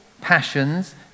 passions